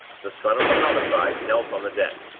the son of the homicide knelt on the deck,